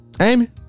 Amy